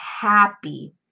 happy